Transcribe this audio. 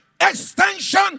extension